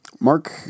Mark